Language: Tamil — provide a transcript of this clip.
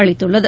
அளித்துள்ளது